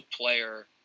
player